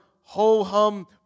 ho-hum